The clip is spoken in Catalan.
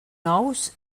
nous